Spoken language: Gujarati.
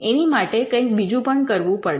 એની માટે કંઈક બીજું પણ કરવું પડે